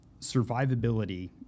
survivability